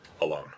alone